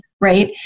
right